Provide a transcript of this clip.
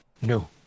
no